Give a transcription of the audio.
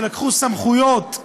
שלקחו סמכויות,